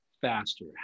faster